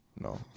No